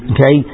Okay